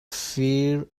fir